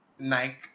Nike